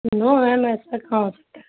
نو ma'am ایسا کہاں ہو سکتا ہے